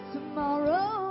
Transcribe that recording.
Tomorrow